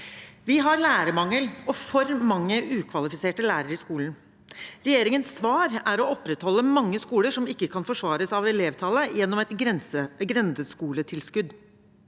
Vi har lærermangel og for mange ukvalifiserte lærere i skolen. Regjeringens svar er å opprettholde mange skoler som ikke kan forsvares av elevtallet, gjennom et grendeskoletilskudd.